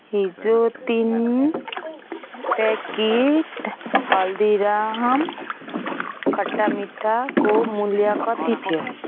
हिजो तिन प्याकेट हल्दीराम खट्टामिठाको मूल्य कति थियो